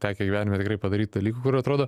tekę gyvenime tikrai padaryt dalykų atrodo